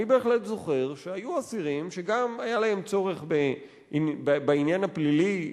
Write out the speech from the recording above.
אני בהחלט זוכר שהיו אסירים שגם היה להם צורך בעניין הפלילי,